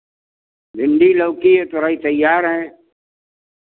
भिंडी लौकी है तोरई तैयार है